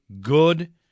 good